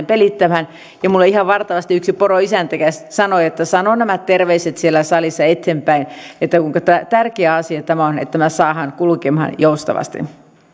pelittämään minulle ihan varta vasten yksi poroisäntä sanoi että sano nämä terveiset siellä salissa eteenpäin että kuinka tärkeä asia on on että tämä saadaan kulkemaan joustavasti